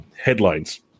headlines